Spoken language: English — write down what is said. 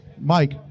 Mike